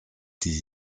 die